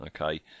okay